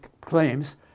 claims